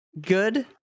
good